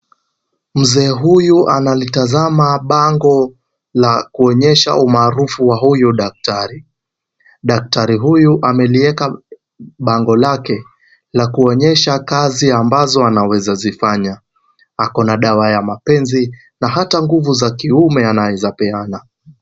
Mzee huyu analitazama bango la kuonyesha umaarufu wa huyu daktari. Daktari huyu ameliweka bango lake la kuonyesha kazi ambazo wanaweza zifanya, ako na dawa za mapenzi na hata nguvu za kiume anaeza peana.